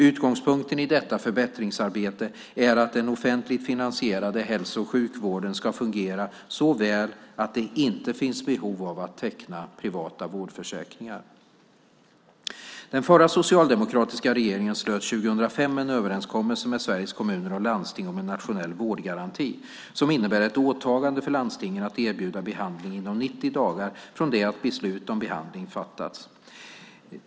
Utgångspunkten i detta förbättringsarbete är att den offentligt finansierade hälso och sjukvården ska fungera så väl att det inte finns behov av att teckna privata vårdförsäkringar. Den förra socialdemokratiska regeringen slöt 2005 en överenskommelse med Sveriges Kommuner och Landsting om en nationell vårdgaranti, som innebär ett åtagande för landstingen att erbjuda behandling inom 90 dagar från det att beslut om behandling fattats.